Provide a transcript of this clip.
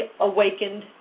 awakened